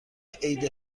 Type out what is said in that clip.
عید